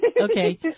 Okay